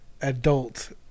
adult